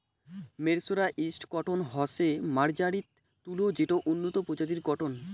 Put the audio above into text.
mercerised cotton হসে মার্জারিত তুলো যেটো উন্নত প্রজাতির কটন